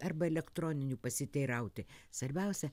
arba elektroniniu pasiteirauti sarbiausia